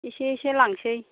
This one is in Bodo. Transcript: एसे एसे लांसै